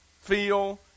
feel